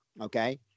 Okay